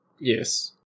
Yes